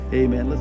amen